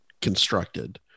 constructed